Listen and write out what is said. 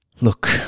Look